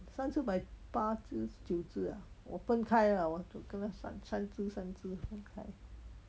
上次买八只九只啊我分开了我煮三三只三只放开